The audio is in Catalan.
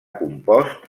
compost